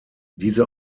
diese